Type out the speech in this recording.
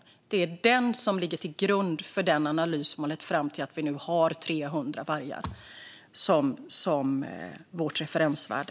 Det är den som ligger till grund för den analys som har lett fram till att vi nu har 300 vargar som vårt referensvärde.